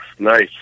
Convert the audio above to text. Nice